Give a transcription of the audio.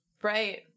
right